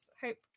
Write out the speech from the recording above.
Hope